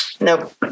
Nope